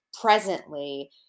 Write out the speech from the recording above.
presently